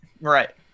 right